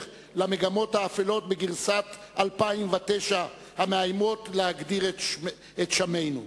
למגמות האפלות בגרסת 2009 המאיימות להקדיר את שמינו.